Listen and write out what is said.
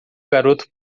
garoto